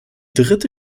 dritte